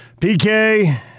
PK